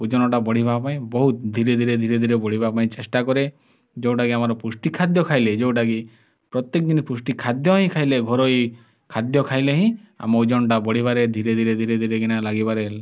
ଓଜନଟା ବଢ଼ିବା ପାଇଁ ବହୁତ ଧୀରେ ଧୀରେ ଧୀରେ ଧୀରେ ବଢ଼ିବା ପାଇଁ ଚେଷ୍ଟା କରେ ଯେଉଁଟାକି ଆମର ପୃଷ୍ଟି ଖାଦ୍ୟ ଖାଇଲେ ଯେଉଁଟାକି ପ୍ରତ୍ୟେକ ଦିନ ପୃଷ୍ଟି ଖାଦ୍ୟ ହିଁ ଖାଇଲେ ଘରୋଇ ଖାଦ୍ୟ ଖାଇଲେ ହିଁ ଆମ ଓଜନଟା ବଢ଼ିବାରେ ଧୀରେ ଧୀରେ ଧୀରେ ଧୀରେ କିନା ଲାଗିବାରେ